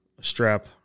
strap